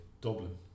Dublin